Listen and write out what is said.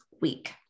week